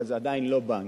אבל זה עדיין לא בנק.